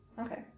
Okay